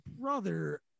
brother